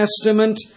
Testament